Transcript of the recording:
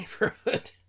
neighborhood